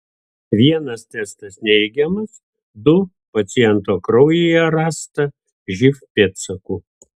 vienas testas neigiamas du paciento kraujyje rasta živ pėdsakų